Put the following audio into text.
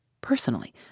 Personally